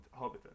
Hobbiton